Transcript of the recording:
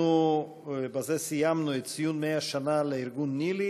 אנחנו בזה סיימנו את ציון 100 שנה לארגון ניל"י.